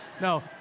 No